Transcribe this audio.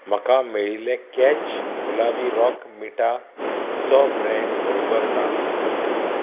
म्हाका मेळिल्ले कॅच गुलाबी रॉक मिठाचो ब्रँड बरोबर ना